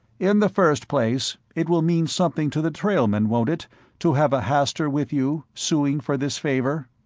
in the first place it will mean something to the trailmen, won't it to have a hastur with you, suing for this favor?